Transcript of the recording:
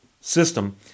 system